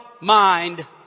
mind